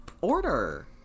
order